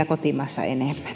kotimaassa